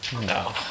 No